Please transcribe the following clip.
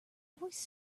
always